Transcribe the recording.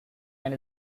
and